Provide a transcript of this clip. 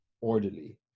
orderly